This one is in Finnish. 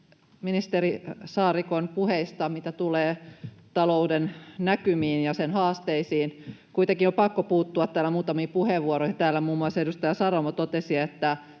ministeri Saarikon puheista, mitä tulee talouden näkymiin ja sen haasteisiin. Kuitenkin on pakko puuttua muutamiin puheenvuoroihin. Täällä muun muassa edustaja Saramo totesi, että